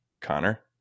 Connor